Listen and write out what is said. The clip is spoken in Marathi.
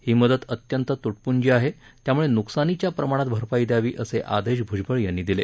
ही मदत अत्यंत तुटपूंजी आहे त्यामुळे नुकसानीच्या प्रमाणात भरपाई द्यावी असे आदेश भूजबळ यांनी दिले